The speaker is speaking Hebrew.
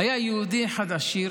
היה יהודי אחד עשיר